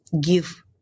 give